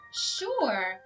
Sure